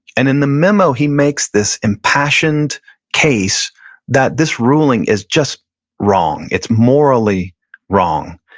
and in the memo he makes this impassioned case that this ruling is just wrong, it's morally wrong.